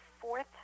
fourth